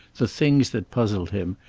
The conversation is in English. the things that puzzled him,